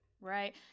Right